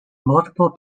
multiple